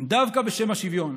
דווקא בשם השוויון,